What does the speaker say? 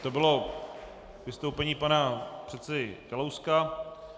To bylo vystoupení pana předsedy Kalouska.